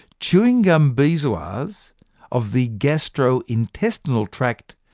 chewing gum bezoars of the gastrointestinal tract,